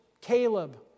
Caleb